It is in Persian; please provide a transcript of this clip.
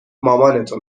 مامانتو